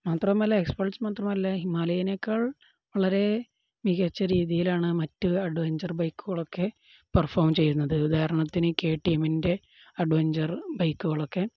മാത്രമല്ല എക്സ്പള്സ് മാത്രമല്ല ഹിമാലയനേക്കാൾ വളരെ മികച്ച രീതിയിലാണ് മറ്റ് അഡ്വഞ്ചർ ബൈക്കുകളൊക്കെ പെർഫോം ചെയ്യുന്നത് ഉദാഹരണത്തിന് കെ ടി എമ്മിൻ്റെ അഡ്വഞ്ചർ ബൈക്കുകളൊക്കെ